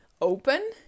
open